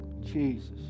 Jesus